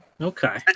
Okay